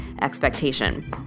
expectation